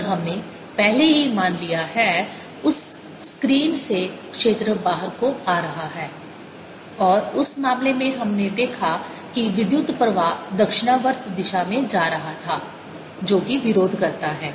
और हमने पहले ही मान लिया है उस स्क्रीन से क्षेत्र बाहर को आ रहा है और उस मामले में हमने देखा कि विद्युत प्रवाह दक्षिणावर्त दिशा में जा रहा था जो कि विरोध करता है